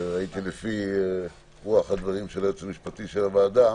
ראיתי לפי רוח הדברים של היועץ המשפטי של הוועדה,